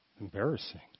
embarrassing